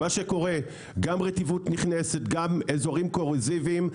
מה שקורה, גם רטיבות נכנסת, גם איזורים קורזיביים,